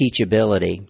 teachability